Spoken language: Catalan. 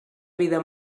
vida